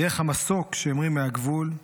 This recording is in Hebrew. דרך המסוק שהמריא מהגבול,